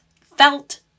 felt